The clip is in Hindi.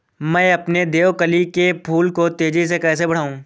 मैं अपने देवकली के फूल को तेजी से कैसे बढाऊं?